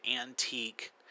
antique